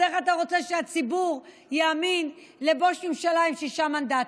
אז איך אתה רוצה שהציבור יאמין לבוש ממשלה עם שישה מנדטים?